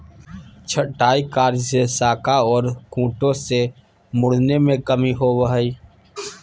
छंटाई कार्य से शाखा ओर खूंटों के मुड़ने में कमी आवो हइ